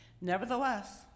Nevertheless